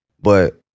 But-